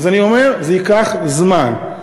אז אני אומר: זה ייקח זמן,